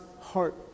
heart